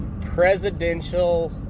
presidential